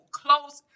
close